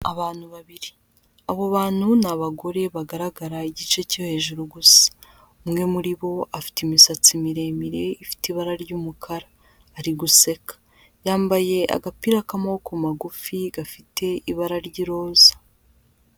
Abantu babiri, abo bantu ni abagore bagaragara igice cyo hejuru gusa, umwe muri bo afite imisatsi miremire ifite ibara ry'umukara, ari guseka, yambaye agapira k'amaboko magufi gafite ibara ry'iroza.